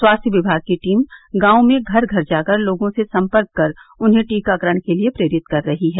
स्वास्थ्य विभाग की टीम गांव में घर घर जाकर लोगों से संपर्क कर उन्हें टीकाकरण के लिए प्रेरित कर रही है